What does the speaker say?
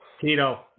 Tito